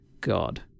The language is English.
God